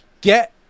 Get